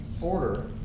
order